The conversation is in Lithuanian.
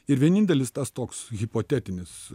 ir vienintelis tas toks hipotetinis